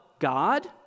God